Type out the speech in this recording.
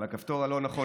על הכפתור הלא-נכון,